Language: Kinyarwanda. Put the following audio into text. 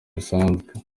bisanzwe